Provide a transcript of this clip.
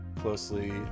closely